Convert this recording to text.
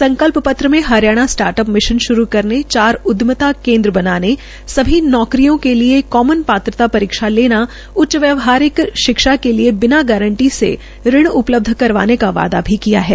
संकल्प पत्र में हरियाणा स्टार्ट अप मिशन श्रू करने चार उद्यमता केन्द्र बनाने सभी नौकरियों के लिए कॉमन पात्रता परीक्षा लेना उच्च व्यावहारिक शिक्षा के लिए बिना गारंटी से ऋण उपलब्ध करवाने का वायदा भी किया है